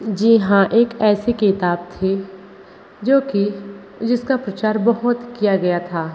जी हाँ एक ऐसी किताब थी जो कि जिसका प्रचार बहुत किया गया था